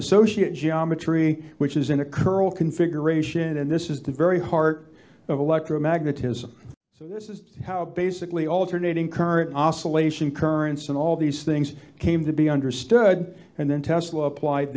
associate geometry which is in a curl configuration and this is the very heart of electromagnetism so this is how basically alternating current oscillation currents and all these things came to be understood and then tesla appl